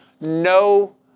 no